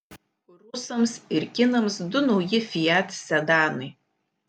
rusams ir kinams du nauji fiat sedanai